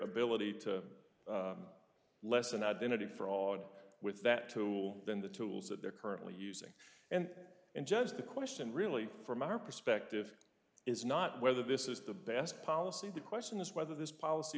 ability to lessen identity fraud with that tool than the tools that they're currently using and in just the question really from our perspective is not whether this is the best policy the question is whether this policy